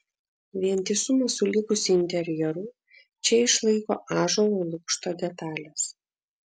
vientisumą su likusiu interjeru čia išlaiko ąžuolo lukšto detalės